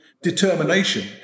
Determination